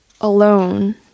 alone